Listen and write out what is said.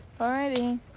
Alrighty